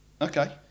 Okay